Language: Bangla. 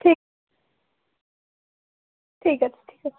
ঠিক ঠিক আছে ঠিক আছে